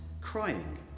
crying